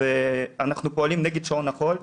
אנחנו פועלים נגד שעון החול,